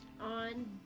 On